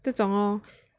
这种 lor